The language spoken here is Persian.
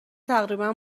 تقریبا